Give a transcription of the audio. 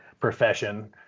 profession